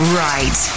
right